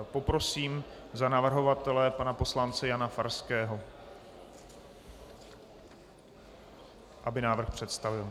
Poprosím za navrhovatele pana poslance Jana Farského, aby návrh představil.